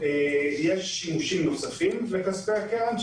יש שימושים נוספים בכספי הקרן.